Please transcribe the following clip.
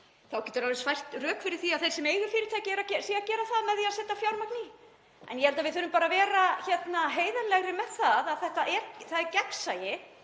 þá mætti alveg eins færa rök fyrir því að þeir sem eiga fyrirtæki séu að gera það með því að setja fjármagn í svoleiðis. En ég held að við þurfum bara að vera heiðarlegri með það að það er gegnsæi